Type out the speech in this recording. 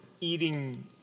eating